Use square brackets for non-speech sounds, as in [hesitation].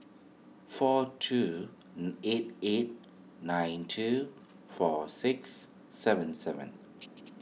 four two [hesitation] eight eight nine two four six seven seven